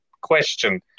question